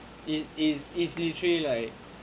it is easily trick like